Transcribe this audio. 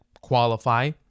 qualify